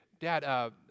dad